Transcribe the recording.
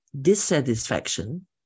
dissatisfaction